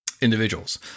individuals